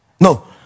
No